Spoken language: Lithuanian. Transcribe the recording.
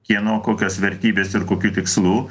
kieno kokios vertybės ir kokių tikslų